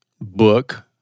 book